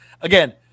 again